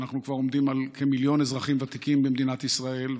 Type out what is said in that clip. אנחנו כבר עומדים על כמיליון אזרחים ותיקים במדינת ישראל,